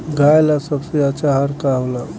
गाय ला सबसे अच्छा आहार का होला?